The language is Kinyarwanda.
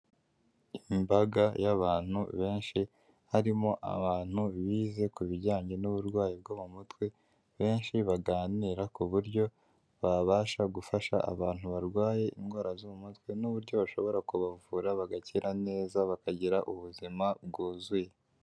Imbaga y'abantu benshi harimo abantu bize ku bijyanye n'uburwayi bwo mu mutwe, benshi baganira ku buryo babasha gufasha abantu barwaye indwara zo mu mutwe n'uburyo bashobora kubavura bagakira neza bakagira ubuzima bwuzuye.